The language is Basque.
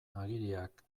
agiriak